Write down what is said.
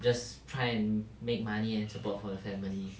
just try and make money and support for the family